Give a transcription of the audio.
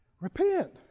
Repent